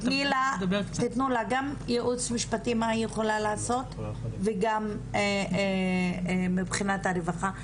תתנו לה גם ייעוץ משפטי לגבי מה היא יכולה לעשות וגם מבחינת הרווחה.